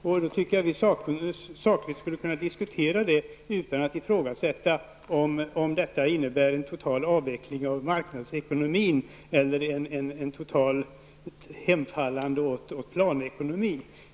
Jag tycker att vi sakligt skulle kunna diskutera det utan att ifrågasätta om det innebär en total avveckling av marknadsekonomin eller ett totalt hemfallande åt planekonomi.